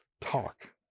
talk